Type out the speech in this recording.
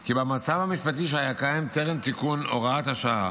כי במצב המשפטי שהיה קיים טרם תיקון הוראת השעה